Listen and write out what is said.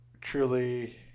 truly